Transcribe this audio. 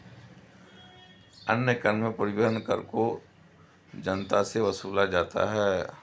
अन्य कर में परिवहन कर को जनता से वसूला जाता है